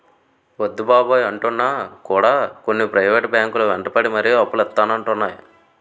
వద్దు బాబోయ్ అంటున్నా కూడా కొన్ని ప్రైవేట్ బ్యాంకు లు వెంటపడి మరీ అప్పులు ఇత్తానంటున్నాయి